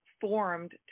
formed